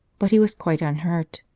but he was quite unhurt.